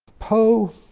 poe,